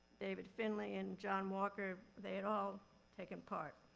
david finley and john walker, they had all taken part.